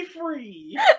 free